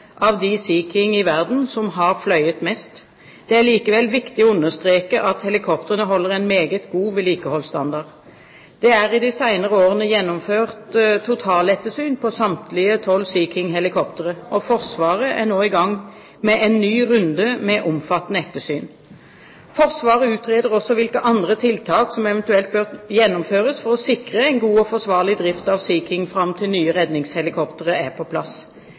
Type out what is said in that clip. av de Sea King i verden som har fløyet mest. Det er likevel viktig å understreke at helikoptrene holder en meget god vedlikeholdsstandard. Det er i de senere årene gjennomført totalettersyn på samtlige 12 Sea King-helikoptre. Forsvaret er nå i gang med en ny runde med omfattende ettersyn. Forsvaret utreder også hvilke andre tiltak som eventuelt bør gjennomføres for å sikre en god og forsvarlig drift av Sea King fram til nye redningshelikoptre er på plass.